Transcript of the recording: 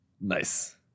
Nice